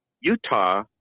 Utah